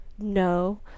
No